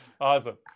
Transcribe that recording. Awesome